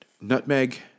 nutmeg